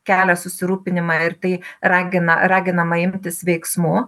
kelia susirūpinimą ir tai ragina raginama imtis veiksmų